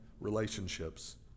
relationships